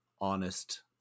honest